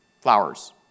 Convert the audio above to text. flowers